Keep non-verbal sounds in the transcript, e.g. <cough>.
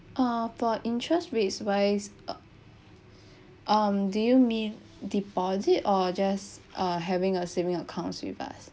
uh for interest rates wise <breath> um do you mean deposit or just uh having a saving account with us